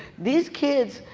these kids,